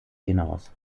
hinaus